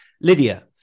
Lydia